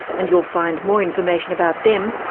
and you'll find more information about them,